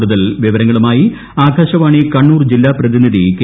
കൂടുതൽ വിവരങ്ങളുമായി ആകാശവാണി കണ്ണൂർ ജില്ലാ പ്രതിനിധി കെ